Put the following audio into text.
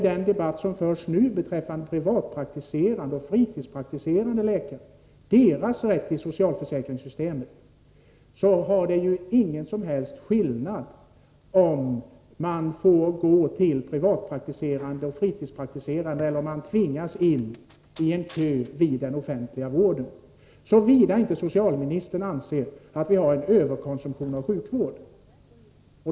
Den debatt som förs nu handlar om de privatpraktiserande och de fritidspraktiserande läkarnas rätt att ingå i socialförsäkringssystemet. För patienterna innebär det ingen som helst skillnad om de får gå till privatpraktiserande och fritidspraktiserande läkare eller om de tvingas in i en kö vid den offentliga vården, såvida inte socialministern anser att vi har en överkonsumtion av sjukvård.